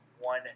one